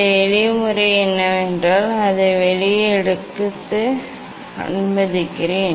இந்த எளிய முறை என்னவென்றால் அதை வெளியே எடுக்க அனுமதிக்கிறேன்